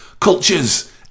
Cultures